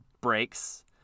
breaks